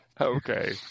Okay